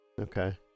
okay